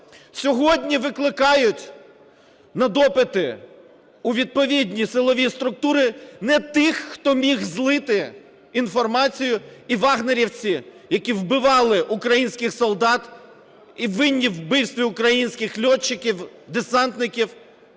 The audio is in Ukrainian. сьогодні викликають на допити у відповідні силові структури не тих, хто міг злити інформацію, і "вагнерівці", які вбивали українських солдат і винні у вбивстві українських льотчиків, десантників,